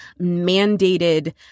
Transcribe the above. mandated